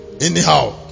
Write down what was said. Anyhow